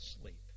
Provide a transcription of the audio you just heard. sleep